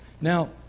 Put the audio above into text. Now